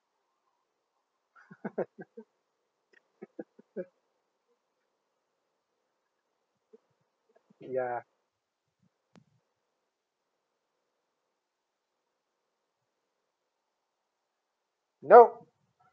yeah no